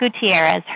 Gutierrez